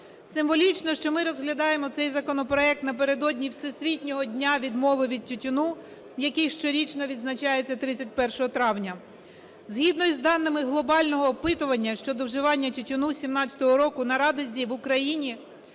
Символічно, що ми розглядаємо цей законопроект напередодні Всесвітнього дня відмови від тютюну, який щорічно відзначається 31 травня. Згідно із даними Глобального опитування щодо вживання тютюну 17-го року, наразі в Україні